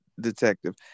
detective